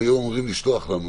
הם היו אמורים לשלוח לנו.